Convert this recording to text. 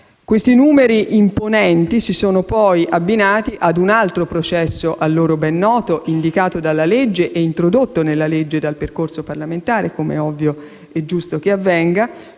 Questi numeri imponenti si sono poi abbinati a un altro processo, ben noto agli interroganti, indicato dalla legge e introdotto nella legge dal percorso parlamentare, come è ovvio e giusto che avvenga,